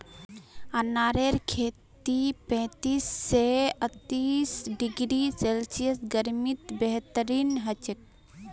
अनारेर खेती पैंतीस स अर्तीस डिग्री सेल्सियस गर्मीत बेहतरीन हछेक